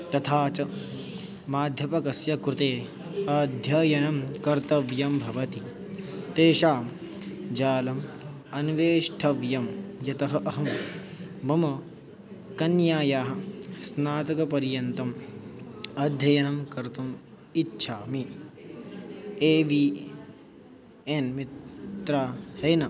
तथा च माध्यमकस्य कृते अध्ययनं कर्तव्यं भवति तेषां जालम् अन्वेष्टव्यं यतः अहं मम कन्यायाः स्नातकपर्यन्तम् अध्ययनं कर्तुम् इच्छामि एवि एन् मित्रा एन